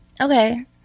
okay